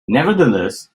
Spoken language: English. nevertheless